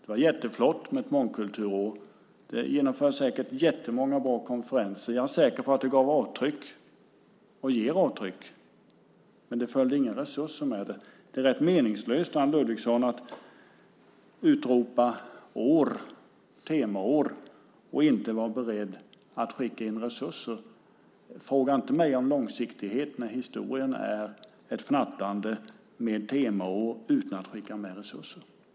Det var jätteflott med ett mångkulturår. Det genomfördes säkert jättemånga bra konferenser. Jag är säker på att det gav avtryck och ger avtryck, men det följde inga resurser med det. Det är rätt meningslöst, Anne Ludvigsson, att utropa temaår och inte vara beredd att skicka in resurser. Fråga inte mig om långsiktighet, men historien är ett fnattande med temaår utan att man skickat med resurser.